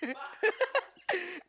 it's